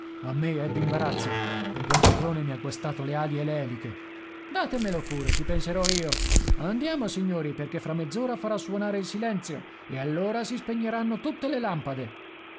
a me è d'imbarazzo perché un ciclone mi ha guastato le ali e le eliche datemelo pure ci penserò io andiamo signori perché fra mezz'ora farò suonare il silenzio e allora si spegneranno tutte le lampade